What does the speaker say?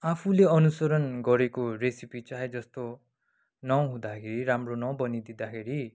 आफूले अनुसुरण गरेको रेसिपी चाहेजस्तो नहुँदाखेरि राम्रो नबनिदिँदाखेरि